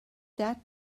that